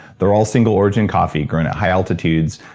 they're all single origin coffee grown at high altitudes,